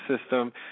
system